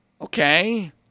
Okay